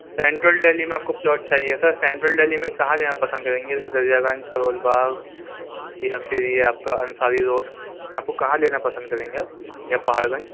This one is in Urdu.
سنٹرل ڈیلی میں آپ کو پلاٹ چاہیے سر سنٹرل ڈیلی میں کہاں لینا پسند کریں گے جیسے دریا گنج کرول باغ یا پھر یہ آپ کا انصاری روڈ آپ کو کہاں لینا پسند کریں گے آپ یا پہاڑ گنج